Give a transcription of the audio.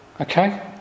okay